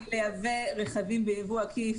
--- עוצרות אתכם מלייבא רכבים בייבוא עקיף,